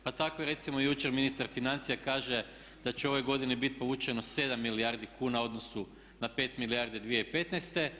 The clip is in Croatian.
Pa tako recimo jučer ministar financija kaže da će u ovoj godini biti povučeno 7 milijardi kuna u odnosu na 5 milijardi 2015.